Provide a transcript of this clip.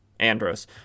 Andros